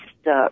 stuck